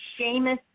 Seamus